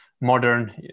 modern